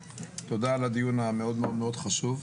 תודה על הדיון החשוב מאוד הזה.